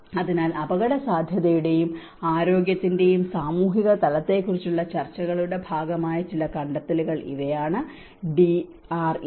അതിനാൽ അപകടസാധ്യതയുടെയും ആരോഗ്യത്തിന്റെയും സാമൂഹിക തലത്തെക്കുറിച്ചുള്ള ചർച്ചകളുടെ ഭാഗമായ ചില കണ്ടെത്തലുകൾ ഇവയാണ് ഡിആർഎം